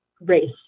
race